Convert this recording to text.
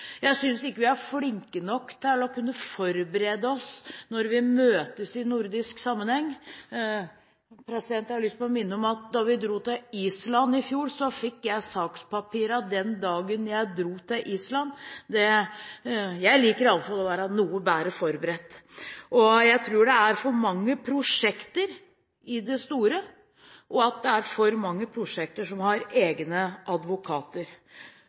Jeg synes ikke vi er flinke nok til å forberede oss når vi møtes i nordisk sammenheng. Jeg har lyst til å minne om at da vi dro til Island i fjor, fikk jeg sakspapirene den dagen jeg dro. Jeg liker i alle fall å være noe bedre forberedt. Jeg tror det er for mange prosjekter i det store, og at det er for mange prosjekter som har egne advokater.